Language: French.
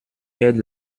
aides